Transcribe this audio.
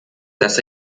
das